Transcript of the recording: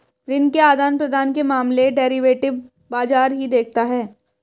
ऋण के आदान प्रदान के मामले डेरिवेटिव बाजार ही देखता है